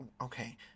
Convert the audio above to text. Okay